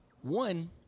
one